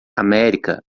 américa